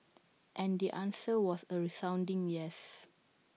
and the answer was A resounding yes